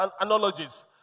analogies